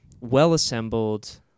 well-assembled